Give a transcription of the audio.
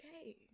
okay